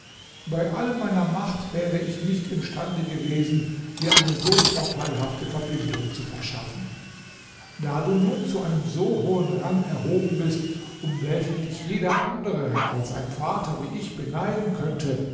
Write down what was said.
bei all meiner macht wäre ich nicht imstande gewesen dir eine so vorteilhafte verbindung zu verschaffen da du nun zu einem so hohen rang erhoben bist um welchen dich jeder andere als ein vater wie ich beneiden könnte